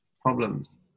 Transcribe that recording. Problems